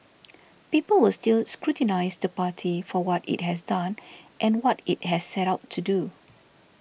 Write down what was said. people will still scrutinise the party for what it has done and what it has set out to do